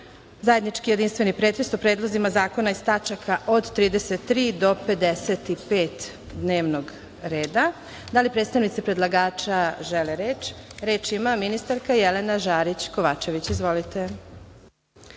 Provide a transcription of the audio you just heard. zajednički jedinstveni pretres o predlozima zakona iz tačka od 33. do 55. dnevnog reda. Da li predstavnici predlagača žele reč? Reč ima ministarka Jelena Žarić Kovačević. Izvolite.